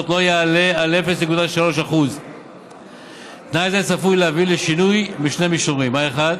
לא יעלה על 0.3%. תנאי זה צפוי להביא לשינוי בשני מישורים: האחד,